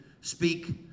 speak